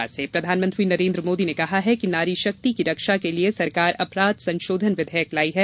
मन की बात प्रधानमंत्री नरेन्द्र मोदी ने कहा है कि नारी शक्ति की रक्षा के लिये सरकार अपराध संशोधन विधेयक लायी है